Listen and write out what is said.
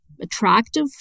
attractive